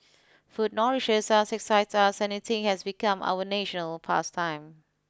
food nourishes us excites us and eating has become our national past time